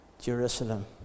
Jerusalem